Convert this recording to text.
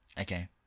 Okay